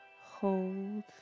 hold